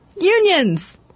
Unions